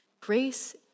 grace